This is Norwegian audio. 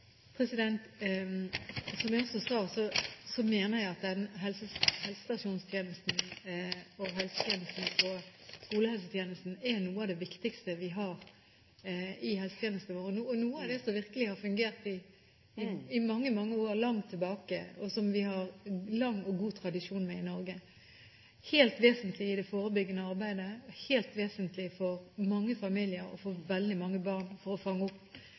Som jeg også sa, mener jeg at helsestasjons- og skolehelsetjenesten er noe av det viktigste vi har i helsetjenesten vår, og er noe av det som virkelig har fungert i mange, mange år, langt tilbake, og som vi har lang og god tradisjon for i Norge. Denne tjenesten er helt vesentlig i det forebyggende arbeidet, helt vesentlig for mange familier og for veldig mange barn for å fange opp